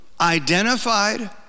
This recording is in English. identified